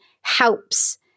helps